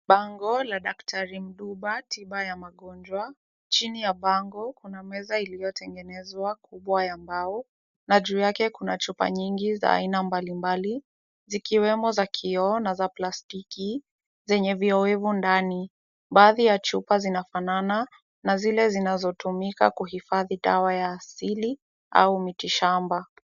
Bango la Dr. Mduba, tiba ya magonjwa. Chini ya bango, kuna meza iliyotengenezwa kubwa ya mbao, na juu yake kuna chupa nyingi za aina mbalimbali, zikiwemo za kioo na za plastiki, zenye vioevu ndani. Baadhi ya chupa zinafanana na zile zinazotumika kuhifadhi dawa ya asili au miti shamba.